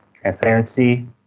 transparency